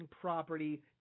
property